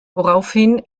woraufhin